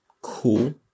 Cool